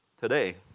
today